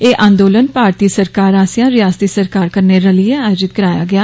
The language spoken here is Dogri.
एह् आन्दोलन भारतीय सरकार आस्सेआ रियासती सरकार कन्नै रलियै आयोजित कराया गेआ